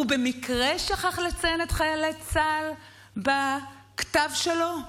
הוא במקרה שכח לציין את חיילי צה"ל בכתב שלו?